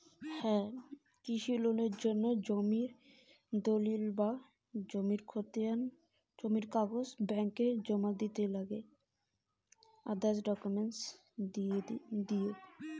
কৃষির জন্যে লোন নিলে কি জমির কাগজ দিবার নাগে ব্যাংক ওত?